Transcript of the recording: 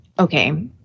Okay